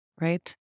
right